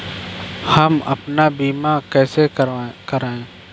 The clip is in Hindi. हम अपना बीमा कैसे कराए?